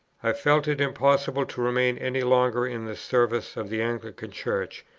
i felt it impossible to remain any longer in the service of the anglican church,